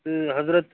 تہٕ حضرت